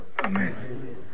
Amen